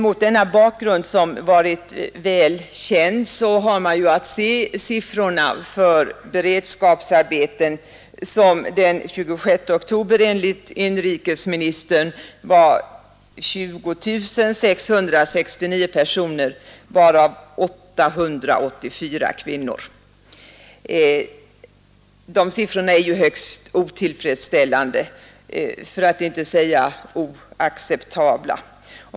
Mot denna bakgrund, som varit väl känd, har man att se siffrorna för beredskapsarbeten, som den 26 oktober enligt inrikesministern var 20 669 personer, av vilka 884 var kvinnor. De siffrorna är ju högst otillfredsställande, för att inte säga oacceptabla.